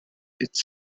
its